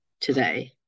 today